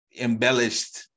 embellished